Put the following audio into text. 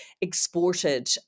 exported